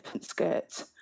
Skirt